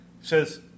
says